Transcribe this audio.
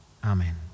Amen